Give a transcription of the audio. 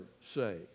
say